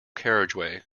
carriageway